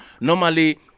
normally